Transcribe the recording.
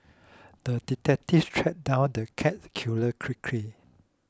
the detective tracked down the cat killer quickly